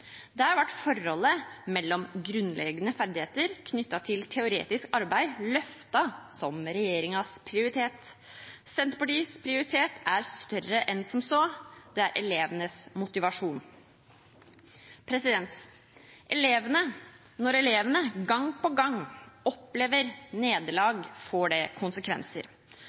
forholdet mellom grunnleggende ferdigheter knyttet til teoretisk arbeid løftet som regjeringens prioritet. Senterpartiets prioritet er større enn som så, det er elevenes motivasjon. Når elevene gang på gang opplever nederlag, får det konsekvenser.